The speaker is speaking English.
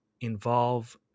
involve